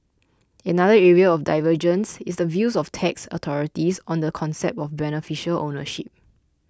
another area of divergence is the views of tax authorities on the concept of beneficial ownership